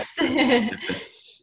yes